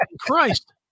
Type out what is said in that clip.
Christ